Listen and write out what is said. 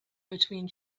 between